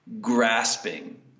grasping